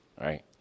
right